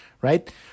right